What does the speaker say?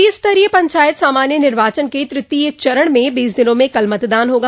त्रिस्तरीय पंचायत सामान्य निर्वाचन के तृतीय चरण में बीस दिनों में कल मतदान होगा